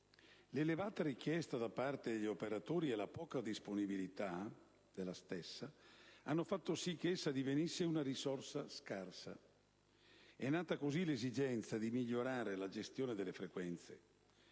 L'elevata richiesta da parte degli operatori e la poca disponibilità della stessa hanno fatto sì che essa divenisse una risorsa scarsa. È nata così l'esigenza di migliorare la gestione delle frequenze.